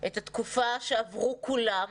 את התקופה שעברו כולם,